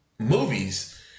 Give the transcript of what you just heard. movies